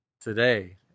today